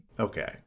Okay